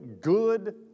good